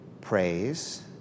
praise